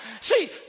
See